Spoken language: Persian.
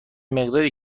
مقداری